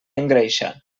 engreixa